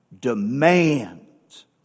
demands